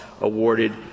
awarded